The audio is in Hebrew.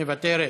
מוותרת.